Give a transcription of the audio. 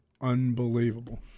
unbelievable